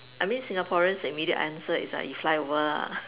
I mean Singaporeans the immediate answer is like you fly over ah